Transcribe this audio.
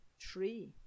tree